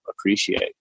appreciate